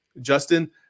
Justin